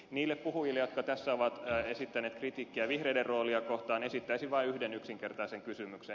niille puhujille jotka tässä ovat esittäneet kritiikkiä vihreiden roolia kohtaan esittäisin vain yhden yksinkertaisen kysymyksen